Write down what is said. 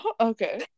Okay